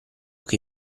che